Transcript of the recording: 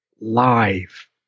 live